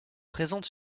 présente